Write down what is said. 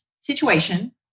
situation